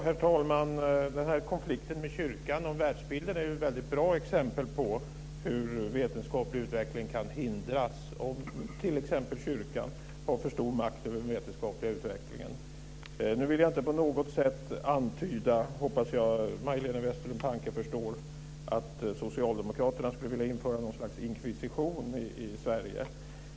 Herr talman! Den här konflikten med kyrkan om världsbilden är ett väldigt bra exempel på hur vetenskaplig utveckling kan hindras, om t.ex. kyrkan har för stor makt över den vetenskapliga utvecklingen. Jag vill nu inte på något sätt antyda - det hoppas jag att Majléne Westerlund Panke förstår - att Socialdemokraterna skulle vilja införa något slags inkvisition i Sverige.